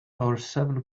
seven